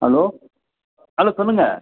hello hello சொல்லுங்கள்